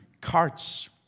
carts